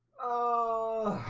oh